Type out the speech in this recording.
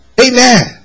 Amen